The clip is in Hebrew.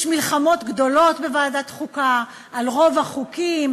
יש מלחמות גדולות בוועדת חוקה על רוב החוקים,